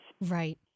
Right